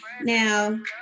now